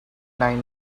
nine